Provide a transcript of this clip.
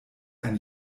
ein